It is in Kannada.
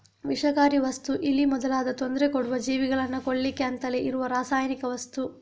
ವಿಷಕಾರಿ ವಸ್ತು ಇಲಿ ಮೊದಲಾದ ತೊಂದ್ರೆ ಕೊಡುವ ಜೀವಿಗಳನ್ನ ಕೊಲ್ಲಿಕ್ಕೆ ಅಂತಲೇ ಇರುವ ರಾಸಾಯನಿಕ ವಸ್ತು